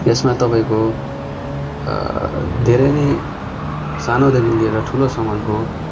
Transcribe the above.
यसमा तपाईँको धेरै नै सानोदेखि लिएर ठुलोसम्मको